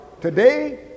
Today